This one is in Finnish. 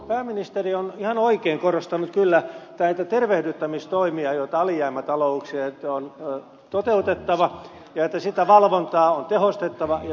pääministeri on ihan oikein korostanut kyllä näitä tervehdyttämistoimia joita alijäämätalouksien on toteutettava ja että sitä valvontaa on tehostettava ja sanktioitava